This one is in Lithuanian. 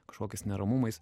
kažkokiais neramumais